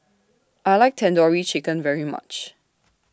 I like Tandoori Chicken very much